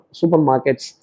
supermarkets